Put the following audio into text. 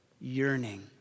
yearning